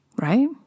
Right